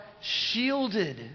shielded